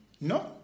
No